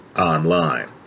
online